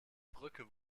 brücke